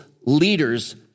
leaders